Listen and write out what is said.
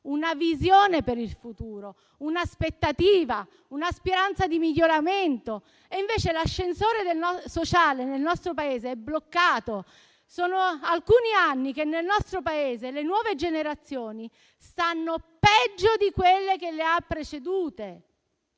una visione per il futuro, un'aspettativa e una speranza di miglioramento, mentre l'ascensore sociale nel nostro Paese è bloccato. Da alcuni anni nel nostro Paese le nuove generazioni stanno peggio di quelle che le hanno precedute